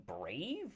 brave